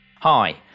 hi